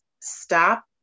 stop